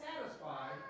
satisfied